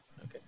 Okay